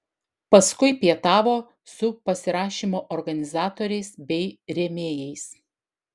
paskui pietavo su pasirašymo organizatoriais bei rėmėjais